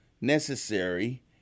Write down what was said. necessary